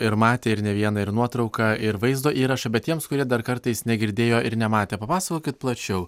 ir matė ir ne vieną ir nuotrauką ir vaizdo įrašą bet tiems kurie dar kartais negirdėjo ir nematė papasakokit plačiau